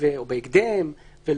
או בהקדם.